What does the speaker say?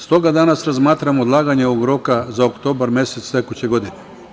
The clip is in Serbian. Stoga danas razmatramo odlaganje ovog roka za oktobar mesec tekuće godine.